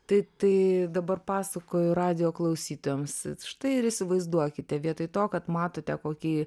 tai tai dabar pasakoju radijo klausytojams štai ir įsivaizduokite vietoj to kad matote kokį